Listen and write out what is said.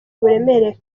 uburemere